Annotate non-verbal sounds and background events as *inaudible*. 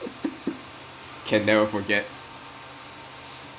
*laughs* can never forget